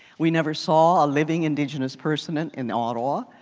we never saw a living indigenous person in in ottawa.